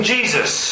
Jesus